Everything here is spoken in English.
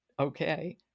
Okay